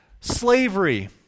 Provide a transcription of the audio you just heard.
slavery